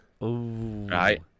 Right